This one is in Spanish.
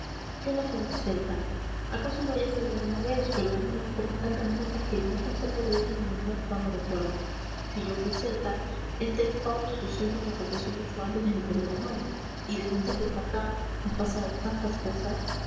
yo no soy un celta acaso lo haya sido alguna vez pero en una época tan remota que no conservo de ello ni el más vago recuerdo si yo fui celta este fausto suceso me aconteció mucho antes del imperio romano y desde entonces acá han pasado tantas cosas